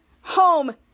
Home